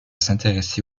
s’intéresser